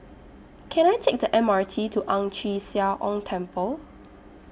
Can I Take The M R T to Ang Chee Sia Ong Temple